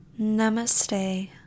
Namaste